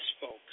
folks